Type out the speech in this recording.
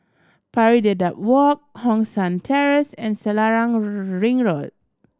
Pari Dedap Walk Hong San Terrace and Selarang Ring Road